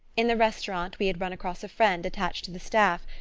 in the restaurant we had run across a friend attached to the staff,